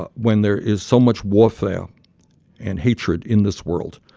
ah when there is so much warfare and hatred in this world,